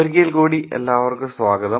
ഒരിക്കൽക്കൂടി സ്വാഗതം